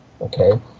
Okay